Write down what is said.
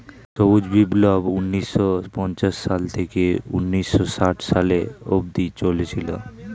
সবুজ বিপ্লব ঊন্নিশো পঞ্চাশ সাল থেকে ঊন্নিশো ষাট সালে অব্দি চলেছিল